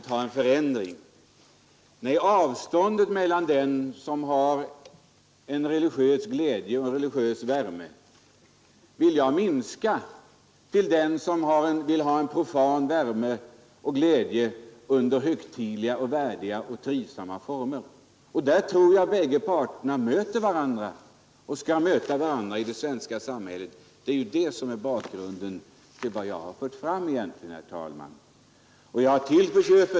Nej, jag vill bara minska avståndet mellan dem som känner en religiös glädje och värme och dem som vill ha en profan värme och glädje under högtidliga, värdiga och trivsamma former. Därvidlag tror jag att de båda parterna i det svenska samhället skall möta varandra. Det är egentligen detta som utgör bakgrunden till vad jag har fört fram, herr talman.